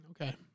Okay